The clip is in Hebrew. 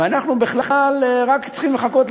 ואנחנו בכלל רק צריכים לחכות.